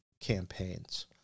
campaigns